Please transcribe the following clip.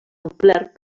omplert